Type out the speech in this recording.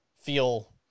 feel